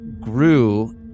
grew